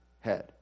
head